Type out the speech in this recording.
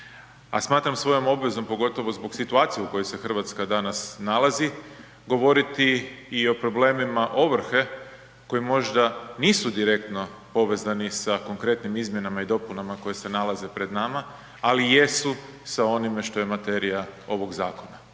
smatram svojom obvezom, pogotovo zbog situacije u kojoj se Hrvatska danas nalazi govoriti i o problemima ovrhe koji možda nisu direktno povezani sa konkretnim izmjenama i dopunama koje se nalaze pred nama, ali jesu sa onime što je materija ovog zakona,